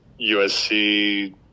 USC